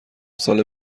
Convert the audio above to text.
سال